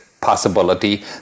possibility